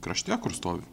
krašte kur stovi